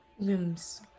Rooms